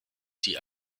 sie